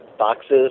Boxes